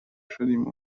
شدیم